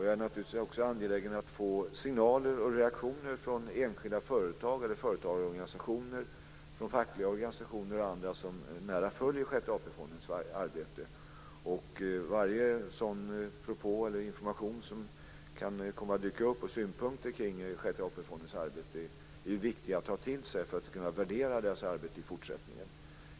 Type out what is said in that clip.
Jag är också angelägen att få signaler och reaktioner från enskilda företag, företagarorganisationer, fackliga organisationer och andra som nära följer Sjätte AP-fondens arbete. Varje sådan propå eller information som kan komma att dyka upp med synpunkter kring Sjätte AP-fondens arbete är viktig att till sig för att vi ska kunna värdera dess arbete i fortsättningen.